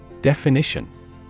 Definition